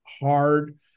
hard